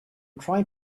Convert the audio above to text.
trying